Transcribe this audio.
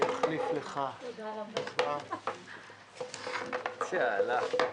אני שמח להעביר לך את שרביט ניהול הישיבה.